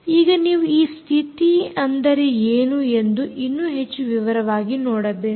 ಈಗ ನೀವು ಈ ಸ್ಥಿತಿ ಅಂದರೆ ಏನು ಎಂದು ಇನ್ನೂ ಹೆಚ್ಚು ವಿವರವಾಗಿ ನೋಡೋಣ